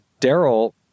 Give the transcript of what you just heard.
Daryl